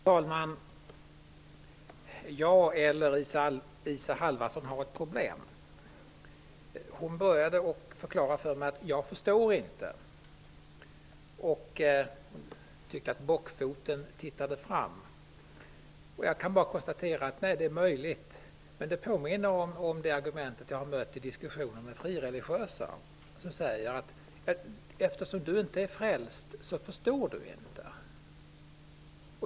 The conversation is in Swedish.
Fru talman! Antingen jag eller Isa Halvarsson har ett problem. Isa Halvarsson började med att förklara för mig att jag inte förstår, och hon tyckte att bockfoten tittade fram. Jag kan konstatera att det är möjligt. Det påminner om det argument jag har mött i diskussioner med frireligiösa. De säger: Eftersom du inte är frälst förstår du inte.